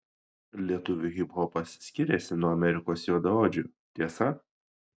lietuvių hiphopas skiriasi nuo amerikos juodaodžių tiesa